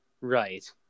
Right